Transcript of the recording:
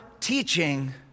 teaching